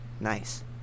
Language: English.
Nice